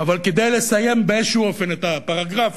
אבל כדי לסיים באיזה אופן את ה-paragraph,